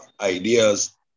ideas